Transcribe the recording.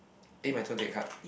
eh my turn take a card